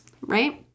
right